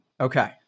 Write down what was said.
Okay